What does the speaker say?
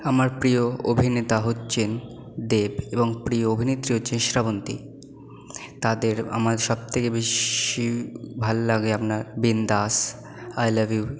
আমার প্রিয় অভিনেতা হচ্ছেন দেব এবং প্রিয় অভিনেত্রী হচ্ছেন শ্রাবন্তী তাদের আমার সবথেকে বেশি ভাল লাগে আপনার বিন্দাস আই লাভ ইউ